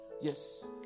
yes